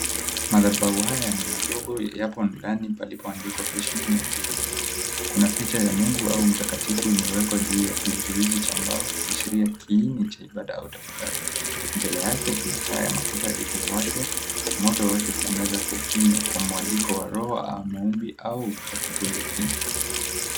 Madhabahu haya ni madogo yapo ndani palipo andikwa "heshima na utulivu". Kuna picha ya Mungu au mtakatifu, imewekwa juu ya kizuizi cha mbao, ikiashiria kiini cha ibada au tafakari. Mbele yake kuna taa ya mafuta iliyowashwa moto wake ukiangaza kwa ukimya, kwa mwaliko wa roho au maombi au tafakuri ya kina.